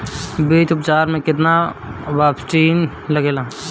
बीज उपचार में केतना बावस्टीन लागेला?